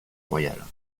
royale